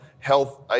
Health